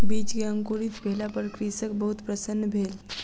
बीज के अंकुरित भेला पर कृषक बहुत प्रसन्न भेल